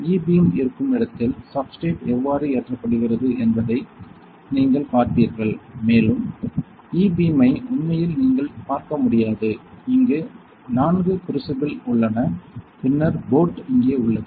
E beam இருக்கும் இடத்தில் substrate எவ்வாறு ஏற்றப்படுகிறது என்பதை நீங்கள் பார்ப்பீர்கள் மேலும் E பீம் ஐ உண்மையில் நீங்கள் பார்க்க முடியாது இங்கு 4 குரூசிபிளில் உள்ளன பின்னர் போட் இங்கே உள்ளது